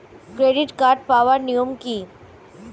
Credit card পাওয়ার নিয়ম কী?